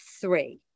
three